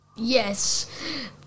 Yes